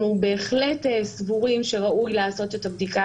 אנחנו בהחלט סבורים שראוי לעשות את הבדיקה